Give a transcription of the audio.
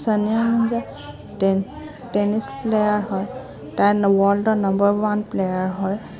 Sania Mirza tennis player হয় তাই ৱৰ্ল্ডৰ নাম্বাৰ ওৱান প্লেয়াৰ হয়